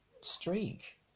streak